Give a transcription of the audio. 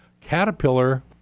Caterpillar